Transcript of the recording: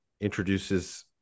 introduces